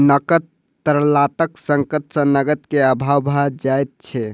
नकद तरलताक संकट सॅ नकद के अभाव भ जाइत छै